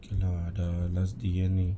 okay lah the last D_N_A